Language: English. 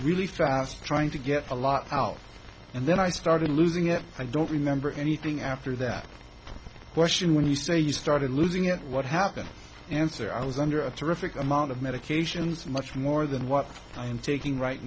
really fast trying to get a lot out and then i started losing it i don't remember anything after that question when you say you started losing it what happened answer i was under a terrific amount of medications much more than what i am taking right